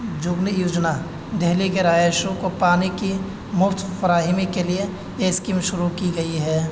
جمنی یوجنا دہلی کے رہائشیوں کو پانی کی مفت فراہمی کے لیے یہ اسکیم شروع کی گئی ہے